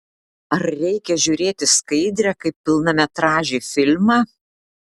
ar reikia žiūrėti skaidrę kaip pilnametražį filmą